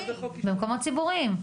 במקומות ציבוריים?